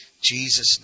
Jesus